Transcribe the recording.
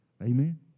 Amen